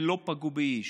ושלא פגעו באיש.